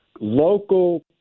local